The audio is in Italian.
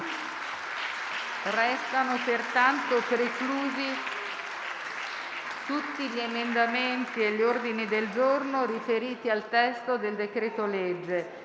Risultano pertanto preclusi tutti gli emendamenti e gli ordini del giorno riferiti al testo del decreto-legge